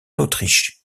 autriche